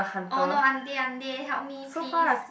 oh no I'm dead I'm dead help me please